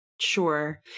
Sure